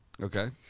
Okay